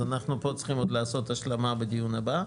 אז אנחנו פה צריכים עוד לעשות השלמה בדיון הבא,